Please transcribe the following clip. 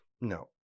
No